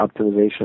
optimization